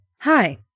Hi